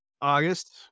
August